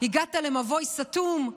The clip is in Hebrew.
הגעת למבוי סתום,